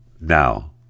now